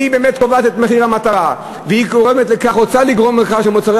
ובאמת קובעת את מחיר המטרה ורוצה לגרום לירידת מחירי מוצרי